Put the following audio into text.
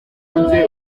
ubumwe